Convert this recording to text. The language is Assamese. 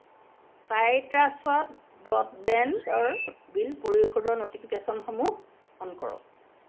চাইট্ৰাছত ব্ৰডবেণ্ডৰ বিল পৰিশোধৰ ন'টিফিকেশ্যনসমূহ অন কৰক